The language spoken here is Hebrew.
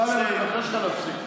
אמסלם, אני מבקש ממך להפסיק.